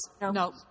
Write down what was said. No